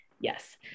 Yes